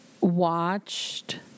watched